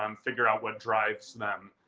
um figure out what drives them,